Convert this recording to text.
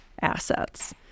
assets